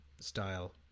style